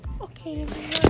Okay